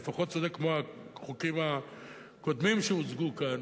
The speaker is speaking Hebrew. לפחות צודק כמו החוקים הקודמים שהוצגו כאן,